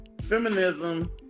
feminism